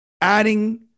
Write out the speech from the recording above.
adding